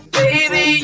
baby